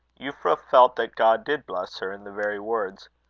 euphra felt that god did bless her in the very words.